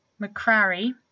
McCrary